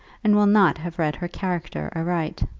and will not have read her character aright.